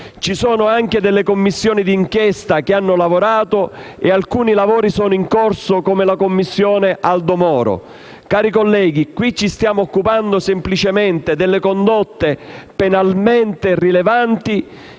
Esistono delle Commissioni d'inchiesta che hanno lavorato, e alcuni lavori sono tuttora in corso, come nel caso della "Commissione Moro". Cari colleghi, qui ci stiamo occupando semplicemente delle condotte penalmente rilevanti